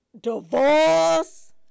divorce